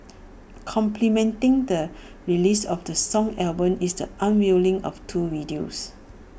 complementing the release of the song album is the unveiling of two videos